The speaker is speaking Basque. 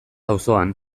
auzoan